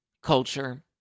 Culture